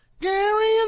Gary